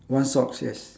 one socks yes